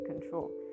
control